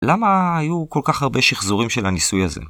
למה היו כל כך הרבה שחזורים של הניסוי הזה?